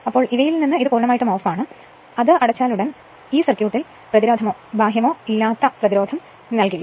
അതിനാൽ ഇവയിൽ നിന്ന് ഇത് പൂർണ്ണമായും ഓഫാണ് അത് അടച്ചാലുടൻ ഈ സർക്യൂട്ടിൽ സർക്യൂട്ട് പ്രതിരോധമോ ബാഹ്യമോ ഇല്ലാത്ത പ്രതിരോധം നൽകില്ല